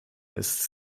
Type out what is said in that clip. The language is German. ist